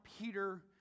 Peter